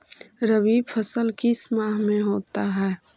रवि फसल किस माह में होता है?